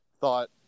thought